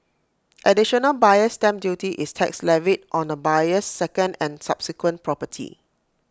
additional buyer's stamp duty is tax levied on A buyer's second and subsequent property